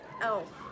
Elf